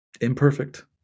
imperfect